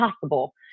possible